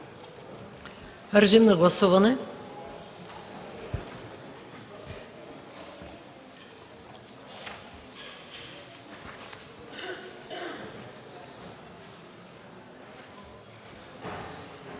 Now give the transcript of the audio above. режим на гласуване.